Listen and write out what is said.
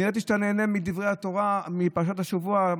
אני ראיתי שאתה נהנה מדברי התורה, מפרשת השבוע.